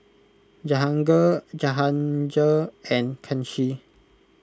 Jahangir Jahangir and Kanshi